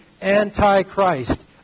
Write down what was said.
anti-Christ